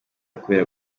kubera